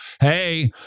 Hey